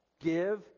give